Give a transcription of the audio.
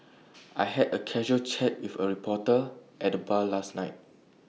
I had A casual chat with A reporter at the bar last night